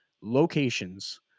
locations